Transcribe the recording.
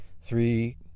three